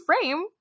frame